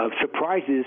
surprises